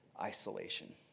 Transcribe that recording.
isolation